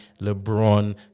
LeBron